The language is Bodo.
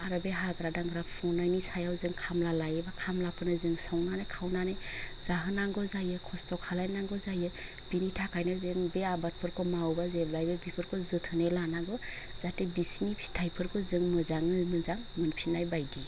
आरो बे हाग्रा दांग्रा फुंनायनि सायाव जों खामला लायोबा खामलाफोरनो जों संनानै खावनानै जाहोनांगौ जायो खस्थ' खालायनांगौ जायो बिनि थाखायनो जों बे आबादफोरखौ मावोबा जेब्लायबो बिफोरखौ जोथोनै लानांगौ जाहाथे बिसिनि फिथाइफोरखौ जों मोजाङो मोजां मोनफिननाय बायदि